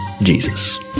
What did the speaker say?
Jesus